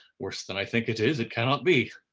worse than i think it is, it cannot be.